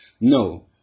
no